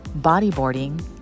bodyboarding